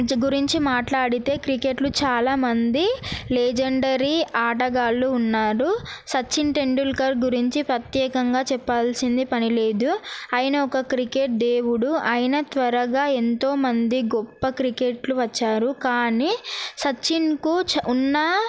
గురించి మాట్లాడితే క్రికెట్లో చాలామంది లెజెండరీ ఆటగాళ్లు ఉన్నారు సచిన్ టెండుల్కర్ గురించి ప్రత్యేకంగా చెప్పాల్సింది పని లేదు ఆయన ఒక క్రికెట్ దేవుడు ఆయన త్వరగా ఎంతోమంది గొప్ప క్రికెటర్లు వచ్చారు కానీ సచిన్కు ఉన్న